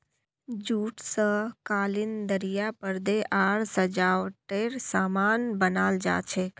jute स कालीन दरियाँ परदे आर सजावटेर सामान बनाल जा छेक